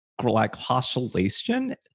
glycosylation